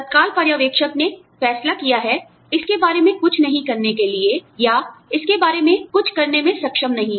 तत्काल पर्यवेक्षक ने फैसला किया है इसके बारे में कुछ ऐसा नहीं करने के लिए या इसके बारे में कुछ करने में सक्षम नहीं है